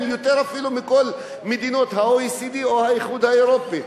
אפילו יותר מכל מדינות ה-OECD או האיחוד האירופי,